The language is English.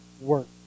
work